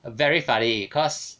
err very funny cause